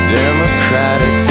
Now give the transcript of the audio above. democratic